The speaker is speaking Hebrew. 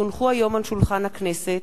כי הונחו היום על שולחן הכנסת,